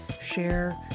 share